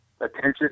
attention